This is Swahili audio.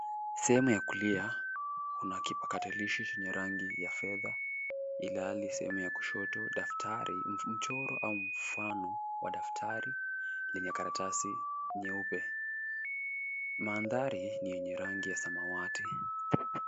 Sehemu ya kulia kuna kipakatalishi chenye rangi ya fedha ilhali sehemu ya kushoto daftari. Mchoro au mfano wa daftari lenye karatasi nyeupe. Mandhari ni yenye rangi samawati.